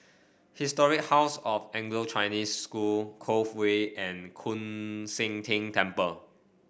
Historic House of Anglo Chinese School Cove Way and Koon Seng Ting Temple